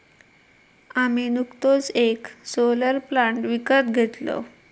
आम्ही नुकतोच येक सोलर प्लांट विकत घेतलव